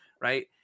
Right